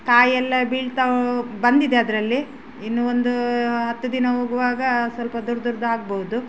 ಕಾಯೆಲ್ಲ ಬೀಳ್ತಾ ಬಂದಿದೆ ಅದರಲ್ಲಿ ಇನ್ನೂ ಒಂದು ಹತ್ತು ದಿನ ಹೋಗುವಾಗ ಸ್ವಲ್ಪ ದೊಡ್ಡ ದೊಡ್ದು ಆಗ್ಬಹುದು